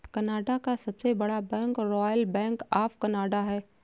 Canada का सबसे बड़ा bank royal bank of Canada है